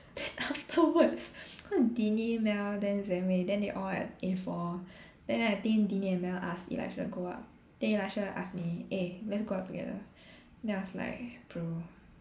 then afterwards cause Deeney Mel then Zeh Wei then they all at A four then I think Deeney and Mel ask Elisha go up then Elisha ask me eh let's go up together then I was like bro